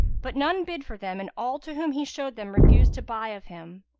but none bid for them and all to whom he showed them refused to buy of him.